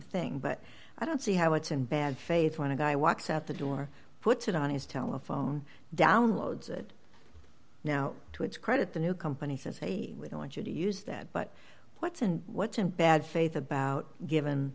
thing but i don't see how it's in bad faith when a guy walks out the door puts it on his telephone downloads it now to its credit the new company says hey we don't want you to use that but what's in what's in bad faith about given